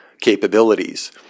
capabilities